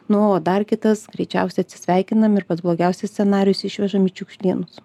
na o dar kitas greičiausia atsisveikinam ir pats blogiausias scenarijus išvežam į čiukšlynus